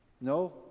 No